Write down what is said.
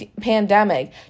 pandemic